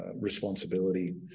responsibility